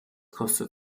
kostet